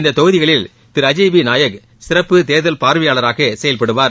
இந்ததொகுதிகளில் அஜய் விநாயக் சிறப்பு தேர்தல் பார்வையாளராகசெயல்படுவார்